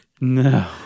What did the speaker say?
no